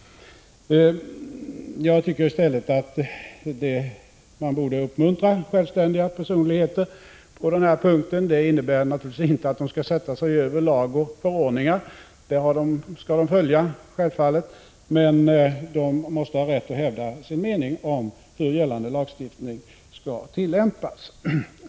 Jag tycker i stället att man borde uppmuntra självständiga personligheter. Det innebär naturligtvis inte att de skall sätta sig över lagar och förordningar. Dessa skall de självfallet följa, men de måste ha rätt att hävda sin mening om hur gällande lagstiftning skall tillämpas.